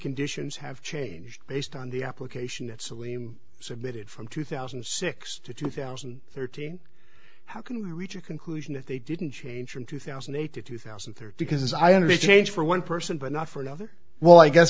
conditions have changed based on the application that celine submitted from two thousand and six to two thousand and thirteen how can we reach a conclusion that they didn't change from two thousand and eight to two thousand there because i interviewed change for one person but not for another well i guess